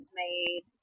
made